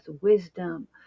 wisdom